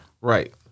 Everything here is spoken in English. Right